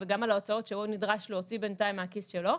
וגם על ההוצאות שהוא נדרש להוציא בינתיים מהכיס שלנו,